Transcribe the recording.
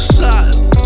Shots